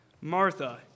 Martha